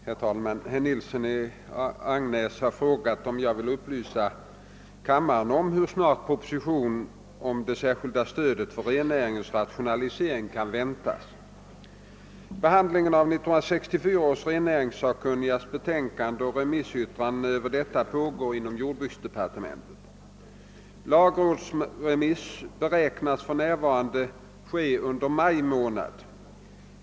Herr talman! Herr Nilsson i Agnäs har frågat om jag vill upplysa kammaren om hur snart propositionen om det särskilda stödet för rennäringens rationalisering kan väntas. sakkunnigas betänkande och remissyttrandena över detta pågår inom jordbruksdepartementet. Lagrådsremiss beräknas för närvarande ske under maj månad.